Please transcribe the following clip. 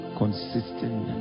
consistent